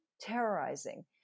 terrorizing